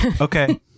Okay